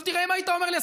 אם היית אומר לי,